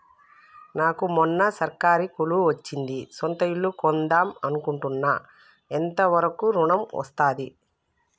నాకు మొన్న సర్కారీ కొలువు వచ్చింది సొంత ఇల్లు కొన్దాం అనుకుంటున్నా ఎంత వరకు ఋణం వస్తది?